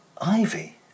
Ivy